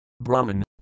Brahman